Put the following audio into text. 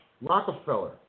Rockefeller